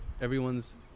Everyone's